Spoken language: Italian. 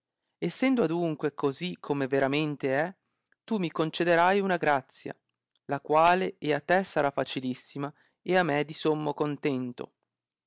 essendo adunque così come veramente è tu mi concederai una grazia la quale e a te sarà facillima e a me di sommo contento